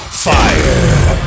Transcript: FIRE